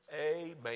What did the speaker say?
amen